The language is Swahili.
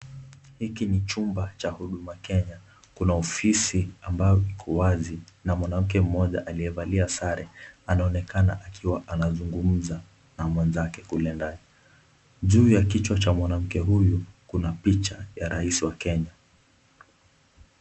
Hiki ni chumba cha huduma Kenya. Kuna ofisi ambayo iko wazi na mwanamke mmoja aliyevalia sare anaonekana akiwa anazungumza na mwenzake kule ndani. Juu ya kichwa cha mwanamke huyu kuna picha ya rais wa Kenya.